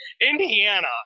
Indiana